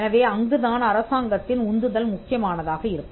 எனவே அங்குதான் அரசாங்கத்தின் உந்துதல் முக்கியமானதாக இருக்கும்